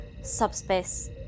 subspace